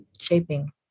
Shaping